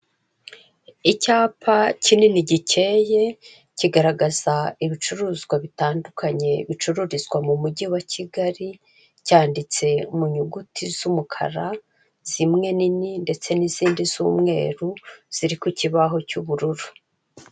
Icyapa kinini gikeye kigaragaza ibicuruzwa bitandukanye bicururizwa mu mujyi wa Kigali, cyanditse mu nyuguti z'umukara zimwe nini ndetse n'izindi z'umweru ziri ku kibaho cy'ubururu.